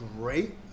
great